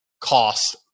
cost